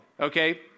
okay